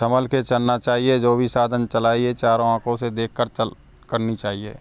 संभल के चलना चाहिए जो भी साधन चलाइए चारों आँखों से देख कर चल करनी चाहिए